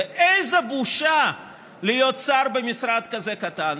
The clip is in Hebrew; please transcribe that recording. ואיזו בושה להיות שר במשרד כזה קטן,